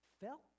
felt